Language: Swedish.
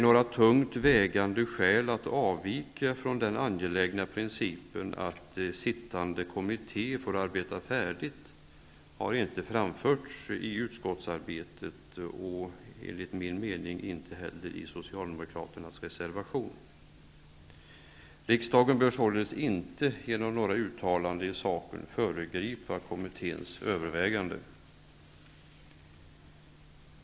Några tungt vägande skäl att avvika från den angelägna principen att den sittande kommittén får arbeta färdigt, har inte framförts i utskottsarbetet och, enligt min mening, inte heller i Socialdemokraternas reservation. Riksdagen bör således inte genom några uttalanden i saken föregripa kommitténs överväganden.